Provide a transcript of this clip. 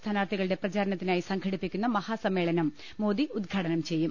സ്ഥാനാർഥികളുടെ പ്രചാ രണത്തിനായി സംഘടിപ്പിക്കുന്ന മഹാസമ്മേളനം മോദി ഉദ്ഘാ ടനം ചെയ്യും